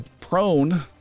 prone